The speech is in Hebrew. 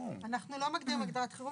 אנחנו לא מגדירים הגדרת חירום,